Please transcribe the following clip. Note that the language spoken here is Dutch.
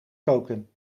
koken